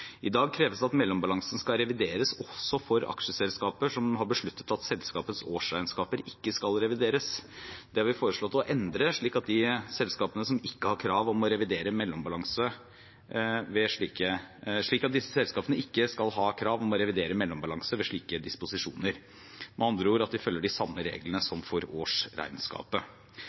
I dag kreves det at mellombalansen skal revideres, også for aksjeselskaper som har besluttet at selskapets årsregnskaper ikke skal revideres. Det har vi foreslått å endre, slik at disse selskapene ikke har krav om å revidere mellombalansene ved slike disposisjoner – med andre ord at de følger de samme reglene som for årsregnskapet. Et mindretall i næringskomiteen ønsker å stille krav om at